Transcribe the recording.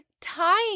time